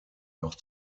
noch